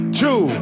two